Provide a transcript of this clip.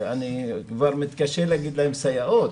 אני מתקשה להגיד להן סייעות,